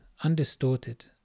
undistorted